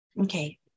Okay